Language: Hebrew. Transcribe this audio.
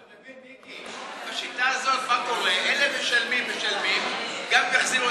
אתה מבין, מיקי, מה קורה בשיטה הזאת?